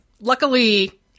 Luckily